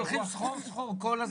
הולכים סחור סחור כל הזמן.